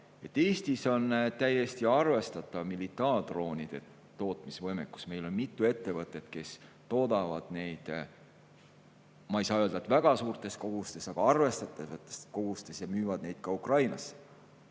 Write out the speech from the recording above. Eestis on täiesti arvestatav militaardroonide tootmise võimekus. Meil on mitu ettevõtet, kes neid toodavad, ma ei saa küll öelda, et väga suurtes kogustes, aga arvestatavates kogustes, ja nad müüvad neid ka Ukrainasse.